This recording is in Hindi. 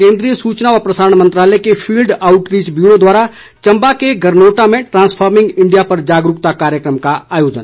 केन्द्रीय सूचना व प्रसारण मंत्रालय के फील्ड आउटरीच ब्यूरो द्वारा चंबा के गरनोटा में द्वांसफॉर्मिंग इंडिया पर जागरूकता कार्यक्रम का आयोजन